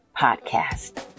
podcast